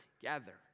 together